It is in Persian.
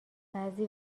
بعضی